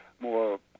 more